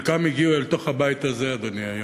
אדוני, חלקם הגיעו אל תוך הבית הזה היום.